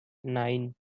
nine